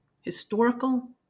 historical